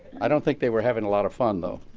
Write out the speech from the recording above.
i don't think they were having a lot of fun, though.